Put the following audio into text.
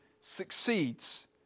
succeeds